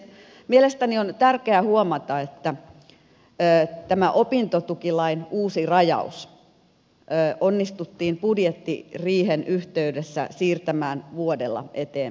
mielestäni on tärkeää huomata että tämä opintotukilain uusi rajaus onnistuttiin budjettiriihen yhteydessä siirtämään vuodella eteenpäin